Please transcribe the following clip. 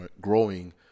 growing